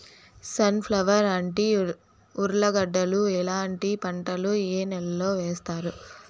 Sun flower, అంటి, ఉర్లగడ్డలు ఇలాంటి పంటలు ఏ నెలలో వేస్తారు?